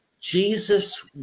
Jesus